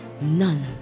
None